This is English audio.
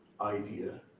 idea